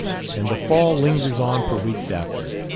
and the fall lingers on for weeks after.